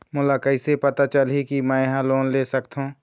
मोला कइसे पता चलही कि मैं ह लोन ले सकथों?